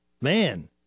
man